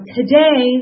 Today